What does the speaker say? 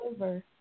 over